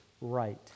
right